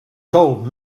told